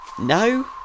No